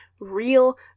real